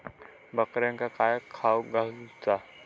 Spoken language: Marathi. बकऱ्यांका काय खावक घालूचा?